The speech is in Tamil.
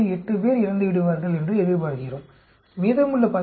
8 பேர் இறந்துவிடுவார்கள் என்று எதிர்பார்க்கிறோம் மீதமுள்ள 10